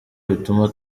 bituma